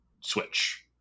switch